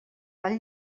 del